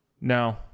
No